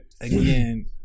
Again